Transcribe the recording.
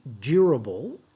durable